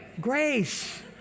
Grace